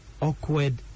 awkward